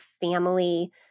family